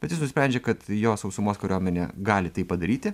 bet jis nusprendžia kad jo sausumos kariuomenė gali tai padaryti